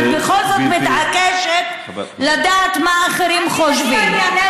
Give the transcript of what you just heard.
אבל בכל זאת מתעקשת לדעת מה אחרים חושבים.